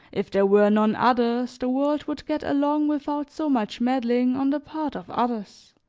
if there were none others, the world would get along without so much meddling on the part of others.